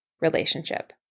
relationship